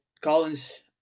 Collins